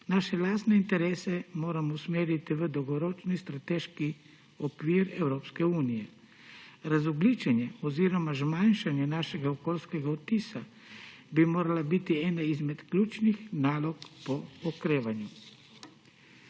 Svoje lastne interese moramo usmeriti v dolgoročni strateški okvir Evropske unije. Razogljičenje oziroma zmanjšanje našega okoljskega odtisa bi moralo biti ena izmed ključnih nalog po okrevanju.